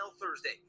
Thursday